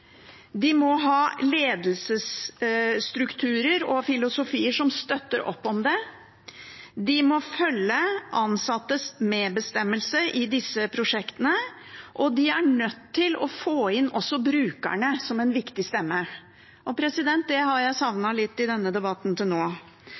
de må ha ledelsesstrukturer og -filosofier som støtter opp om det, de må følge ansattes medbestemmelse i disse prosjektene, og de er nødt til å få inn også brukerne som en viktig stemme. Det har jeg